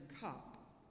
cup